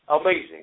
Amazing